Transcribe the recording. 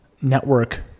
network